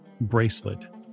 bracelet